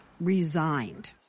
resigned